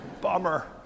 Bummer